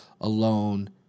alone